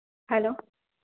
hello